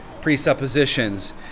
presuppositions